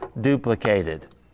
duplicated